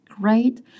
great